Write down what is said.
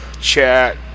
chat